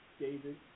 David